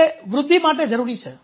જે વૃદ્ધિવિકાસ માટે જરૂરી છે